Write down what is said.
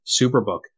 Superbook